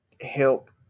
help